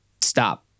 stop